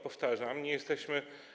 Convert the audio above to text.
Powtarzam to: nie jesteśmy.